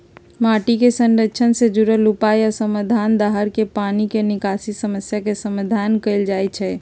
माटी के संरक्षण से जुरल उपाय आ समाधान, दाहर के पानी के निकासी समस्या के समाधान कएल जाइछइ